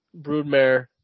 broodmare